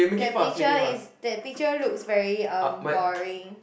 that picture is that picture looks very um boring